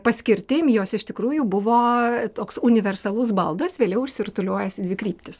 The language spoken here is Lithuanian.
paskirtim jos iš tikrųjų buvo toks universalus baldas vėliau išsirutuliojęs į dvi kryptis